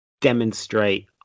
demonstrate